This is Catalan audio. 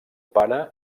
pare